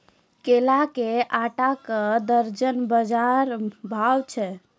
केला के आटा का दर्जन बाजार भाव छ?